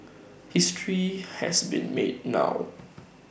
history has been made now